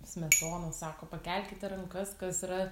smetona sako pakelkite rankas kas yra